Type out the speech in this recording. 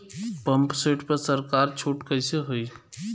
Pump set पर सरकार छूट कईसे होई?